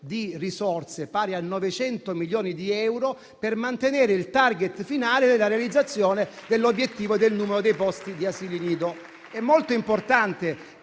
di risorse, pari a 900 milioni di euro, per mantenere il *target* finale della realizzazione dell'obiettivo del numero dei posti di asili nido. È molto importante